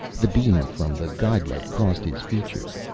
the beam from the guide-light crossed his features.